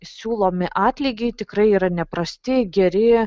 siūlomi atlygiai tikrai yra neprasti geri